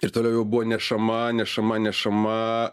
ir toliau jau buvo nešama nešama nešama